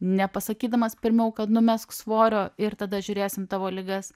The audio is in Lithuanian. nepasakydamas pirmiau kad numesk svorio ir tada žiūrėsim tavo ligas